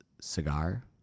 Cigar